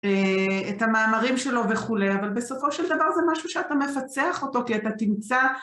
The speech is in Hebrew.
את המאמרים שלו וכולי, אבל בסופו של דבר זה משהו שאתה מפצח אותו כי אתה תמצא